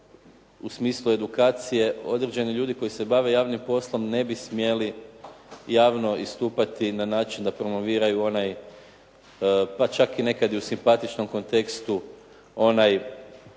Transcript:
u smislu edukacije, određeni ljudi koji se bave javnim poslom ne bi smjeli javno istupati na način da promoviraju onaj pa čak i nekada u simpatičnom kontekstu onaj